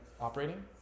operating